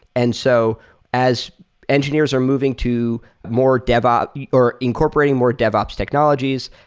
and so as engineers are moving to more devop, or incorporating more devops technologies,